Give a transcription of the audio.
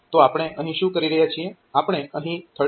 તો આપણે અહીં શું કરી રહ્યા છીએ